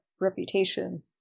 Reputation